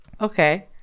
Okay